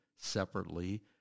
separately